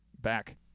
back